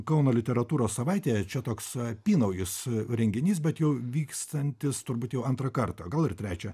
kauno literatūros savaitė čia toks apynaujis renginys bet jau vykstantis turbūt jau antrą kartą gal ir trečią